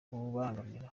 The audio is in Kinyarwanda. umutekano